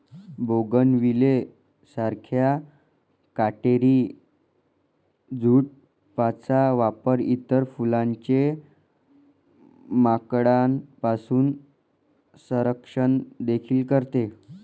bougainvillea सारख्या काटेरी झुडपांचा वापर इतर फुलांचे माकडांपासून संरक्षण देखील करते